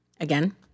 Again